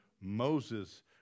Moses